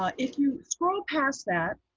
ah if you scroll past that,